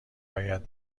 باید